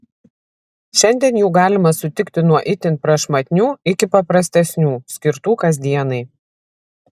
šiandien jų galima sutikti nuo itin prašmatnių iki paprastesnių skirtų kasdienai